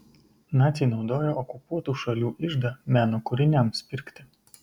naciai naudojo okupuotų šalių iždą meno kūriniams pirkti